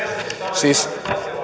siis